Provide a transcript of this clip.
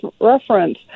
reference